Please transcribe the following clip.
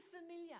familiar